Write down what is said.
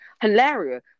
hilarious